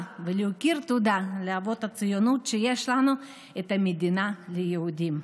ולהכיר תודה לאבות הציונות על כך שיש לנו מדינה ליהודים.